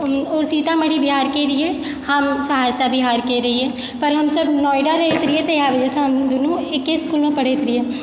ओ सीतामढ़ी बिहारके रहियै हम सहरसा बिहारके रहियैपर हमसब नोएडा रहैत रहियै तऽ हमसब दुनू एक्के इसकुलमे पढ़ैत रहियै